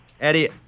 Eddie